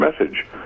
message